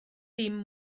dim